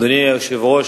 אדוני היושב-ראש,